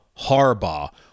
Harbaugh